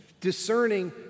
Discerning